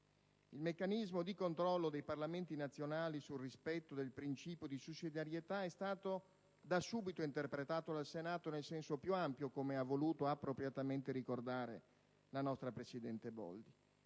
Il meccanismo di controllo dei Parlamenti nazionali sul rispetto del principio di sussidiarietà è stato da subito interpretato dal Senato nel senso più ampio, come ha voluto appropriatamente ricordare la nostra presidente Boldi.